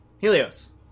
Helios